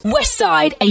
Westside